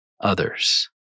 others